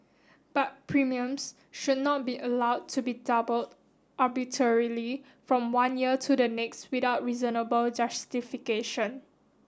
but premiums should not be allowed to be doubled arbitrarily from one year to the next without reasonable justification